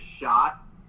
shot